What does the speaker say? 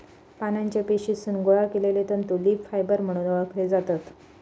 पानांच्या पेशीतसून गोळा केलले तंतू लीफ फायबर म्हणून ओळखले जातत